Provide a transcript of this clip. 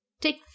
take